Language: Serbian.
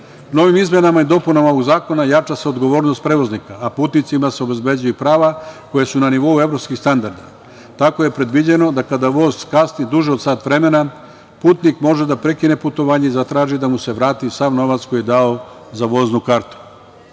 izmenama i dopunama ovog zakona jača se odgovornost prevoznika, a putnicima se obezbeđuju prava koja su na nivou evropskih standarda. Tako je predviđeno da kada voz kasni duže od sat vremena putnik može da prekine putovanje i zatraži da mu se vrati sav novac koji je dao za voznu kartu.